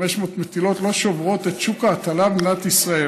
500 מטילות לא שוברות את שוק ההטלה במדינת ישראל.